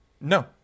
No